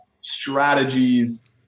strategies